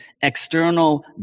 external